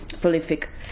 prolific